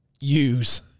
use